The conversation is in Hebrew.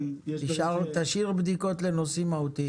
תשאיר בדיקות לנושאים מהותיים.